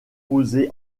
posée